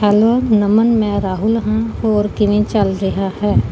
hello Naman ਮੈਂ ਰਾਹੁਲ ਹਾਂ ਹੋਰ ਕਿਵੇਂ ਚੱਲ ਰਿਹਾ ਹੈ